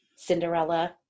Cinderella